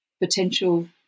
potential